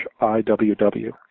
I-W-W